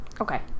Okay